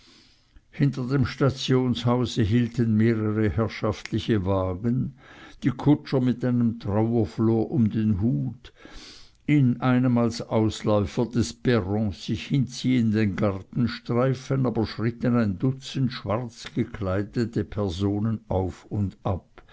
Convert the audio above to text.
hinter dem stationshause hielten mehrere herrschaftliche wagen die kutscher mit einem trauerflor um den hut in einem als ausläufer des perrons sich hinziehenden gartenstreifen aber schritten ein dutzend schwarzgekleidete personen auf und ab